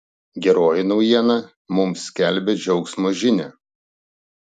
geroji naujiena mums skelbia džiaugsmo žinią